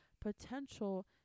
potential